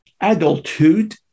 adulthood